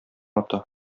ата